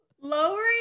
Lowering